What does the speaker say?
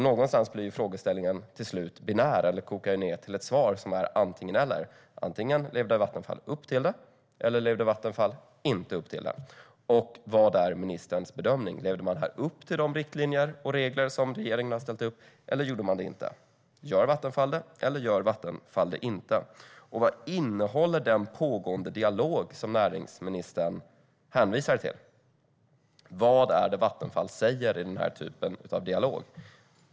Någonstans blir frågeställningen till slut binär eller kokar ned till ett svar som är antingen eller. Antingen levde Vattenfall upp till det, eller också levde Vattenfall inte upp till det. Vad är ministerns bedömning? Levde man upp till de riktlinjer och regler som regeringen har ställt upp, eller gjorde man det inte? Gör Vattenfall det, eller gör Vattenfall det inte? Och vad innehåller den pågående dialog som näringsministern hänvisar till? Vad är det Vattenfall säger i den typen av dialog?